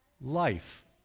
Life